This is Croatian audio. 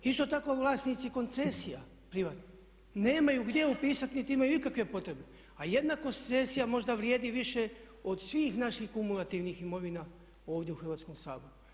Isto tako vlasnici koncesija privatni nemaju gdje upisati niti imaju ikakve potrebe, a jedna koncesija možda vrijedi više od svih naših kumulativnih imovina ovdje u Hrvatskom saboru.